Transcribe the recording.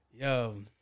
Yo